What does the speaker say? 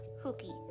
hooky